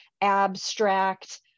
abstract